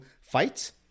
fights